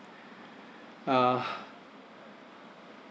uh